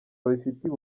babifitiye